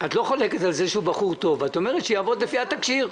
נקווה כך.